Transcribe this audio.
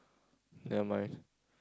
never mind